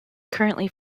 currently